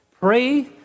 Pray